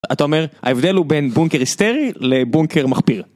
אתה אומר, ההבדל הוא בין בונקר היסטרי לבונקר מכפיר.